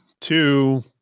two